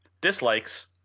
Dislikes